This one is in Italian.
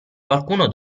qualcuno